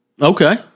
Okay